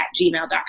gmail.com